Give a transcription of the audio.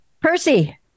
Percy